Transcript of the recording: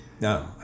No